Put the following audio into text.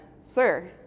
Sir